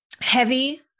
heavy